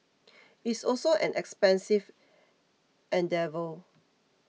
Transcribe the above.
it's also an expensive endeavour